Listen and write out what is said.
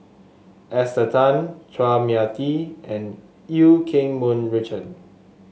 Esther Tan Chua Mia Tee and Eu Keng Mun Richard